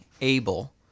able